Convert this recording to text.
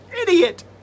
idiot